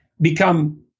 become